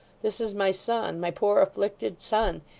this is my son, my poor afflicted son,